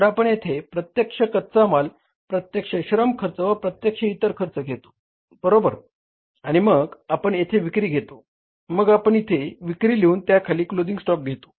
तर आपण येथे प्रत्यक्ष कच्चा माल प्रत्यक्ष श्रम खर्च व प्रत्यक्ष इतर खर्च घेतो बरोबर आणि मग आपण येथे विक्री घेतो मग आपण इथे विक्री लिहून त्याखाली क्लोजिंग स्टॉक घेतो